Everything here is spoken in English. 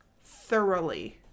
thoroughly